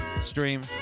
stream